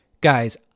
Guys